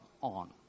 on